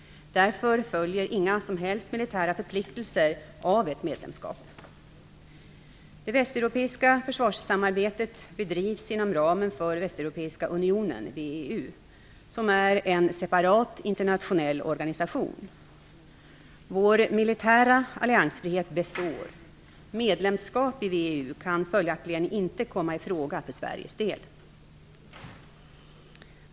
Därför följer inga som helst militära förpliktelser av ett medlemskap. Det västeuropeiska försvarssamarbetet bedrivs inom ramen för Västeuropeiska unionen , som är en separat internationell organisation. Vår militära alliansfrihet består. Medlemskap i VEU kan följaktligen inte komma i fråga för Sveriges del.